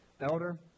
Elder